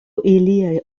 iliaj